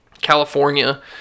California